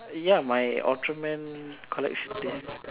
ya my ultraman collection disks